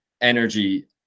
energy